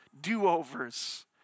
do-overs